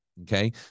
Okay